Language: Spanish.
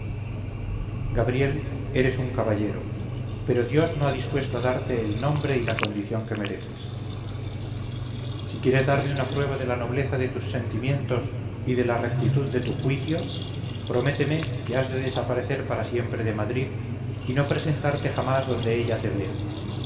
gabriel eres un caballero pero dios no ha dispuesto darte el nombre y la condición que mereces si quieres darme una prueba de la nobleza de tus sentimientos y de la rectitud de tu juicio prométeme que has de desaparecer para siempre de madrid y no presentarte jamás donde ella te vea